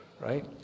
right